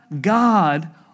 God